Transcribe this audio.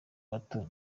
bato